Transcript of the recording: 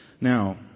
now